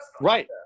right